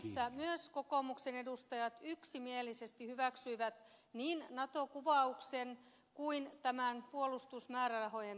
seurantaryhmässä myös kokoomuksen edustajat yksimielisesti hyväksyivät niin nato kuvauksen kuin tämän puolustusmäärärahojen tasonkin